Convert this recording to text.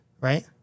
right